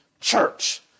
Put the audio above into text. church